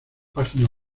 página